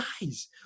guys